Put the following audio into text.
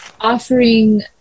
offering